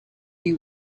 you